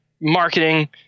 Marketing